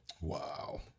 Wow